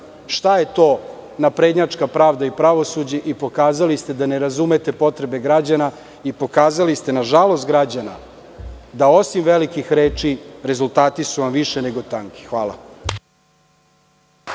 šta je to naprednjačka pravda i pravosuđe i pokazali ste da ne razumete potrebe građana i pokazali ste nažalost građana da osim velikih reči rezultati su vam više nego tanki. Hvala.